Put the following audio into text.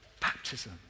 baptism